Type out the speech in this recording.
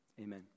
amen